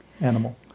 animal